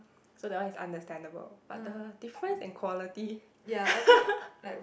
so that one is understandable but the difference in quality